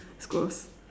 it's gross